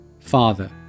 Father